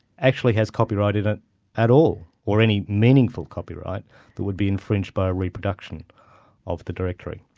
actually has copyright in it at all, or any meaningful copyright that would be infringed by a reproduction of the directory.